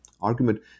argument